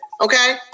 okay